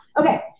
Okay